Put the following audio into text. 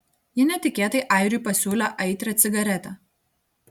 ji netikėtai airiui pasiūlė aitrią cigaretę